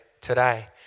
today